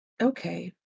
Okay